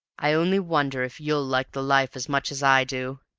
i only wonder if you'll like the life as much as i do!